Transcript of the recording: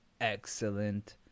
excellent